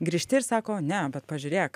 grįžti ir sako ne bet pažiūrėk